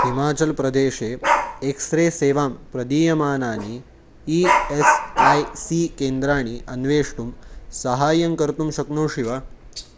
हिमाचलप्रदेशे एक्स्रे सेवां प्रदीयमानानि ई एस् ऐ सी केन्द्राणि अन्वेष्टुं साहाय्यं कर्तुं शक्नोषि वा